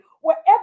wherever